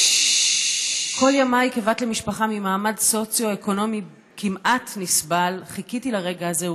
כל ימיי כבת למשפחה ממעמד סוציו-אקונומי כמעט נסבל חיכיתי לרגע הזה,